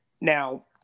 Now